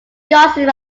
gossip